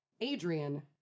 Adrian